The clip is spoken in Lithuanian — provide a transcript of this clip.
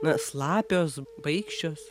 na slapios baikščios